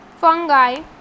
fungi